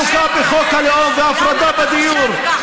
להיות עסוקה בחוק הלאום והפרדה בדיור והצעות גזעניות?